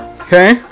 okay